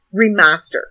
remaster